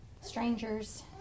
strangers